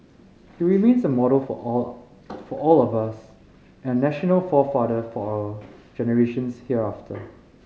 he remains a model for all for all of us and a national forefather for our generations hereafter